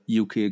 UK